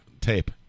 tape